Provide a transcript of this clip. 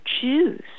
choose